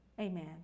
Amen